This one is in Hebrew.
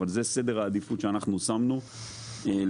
אבל זה סדר העדיפויות שאנחנו שמנו לטיפול.